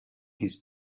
his